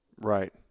Right